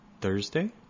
Thursday